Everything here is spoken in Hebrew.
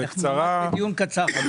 אנחנו בדיון קצר.